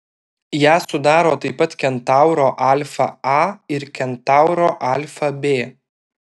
ją sudaro taip pat kentauro alfa a ir kentauro alfa b